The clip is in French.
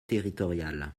territorial